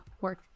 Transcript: work